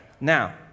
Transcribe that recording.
Now